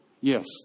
Yes